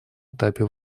этапе